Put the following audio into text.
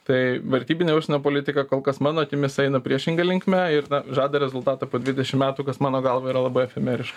tai vertybinė užsienio politika kol kas mano akimis eina priešinga linkme ir na žada rezultatą po dvidešim metų kas mano galva yra labai efemeriška